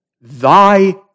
Thy